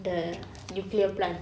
the nuclear plant